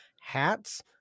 hats